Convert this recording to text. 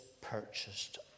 Purchased